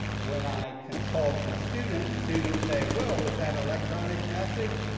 when i consult with students, students say, well, with that electronic message,